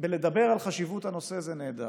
בלדבר על חשיבות הנושא, זה נהדר,